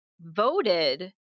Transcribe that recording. voted